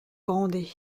grandet